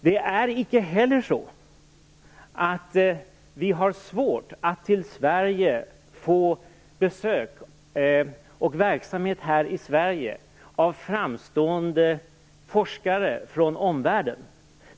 Det är icke heller så att vi har svårt att till Sverige få besök och verksamhet av framstående forskare från omvärlden.